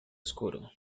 oscuro